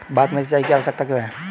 भारत में सिंचाई की आवश्यकता क्यों है?